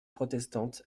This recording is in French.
protestante